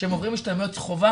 שהם עוברים השתלמויות חובה